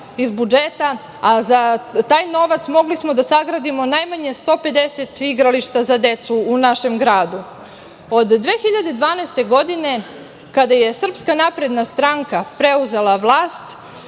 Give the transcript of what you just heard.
iz budžeta, a za taj novac mogli smo da sagradimo najmanje 150 igrališta za decu u našem gradu. Od 2012. godine kada je SNS preuzela vlast